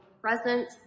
present